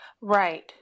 Right